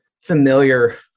familiar